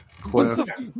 Cliff